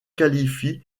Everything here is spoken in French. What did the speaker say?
qualifient